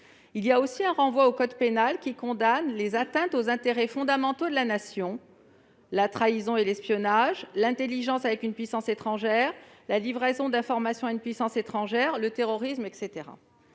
condamnés dans le code pénal les atteintes aux intérêts fondamentaux de la Nation, la trahison et l'espionnage, l'intelligence avec une puissance étrangère, la livraison d'informations à une puissance étrangère, le terrorisme, etc.